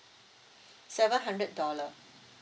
seven hundred dollar